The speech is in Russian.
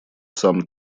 сам